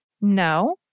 No